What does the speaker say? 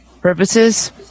purposes